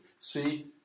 See